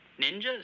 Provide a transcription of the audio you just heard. Ninjas